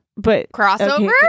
Crossover